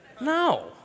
No